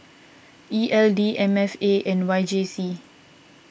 E L D M F A and Y J C